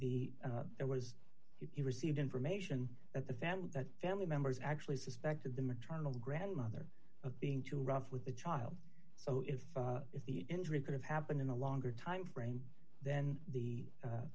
the there was he received information that the family that family members actually suspected the maternal grandmother of being too rough with the child so if the injury could have happened in a longer time frame then the